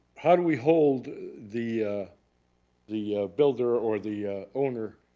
how do we hold the the builder or the owner